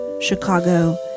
Chicago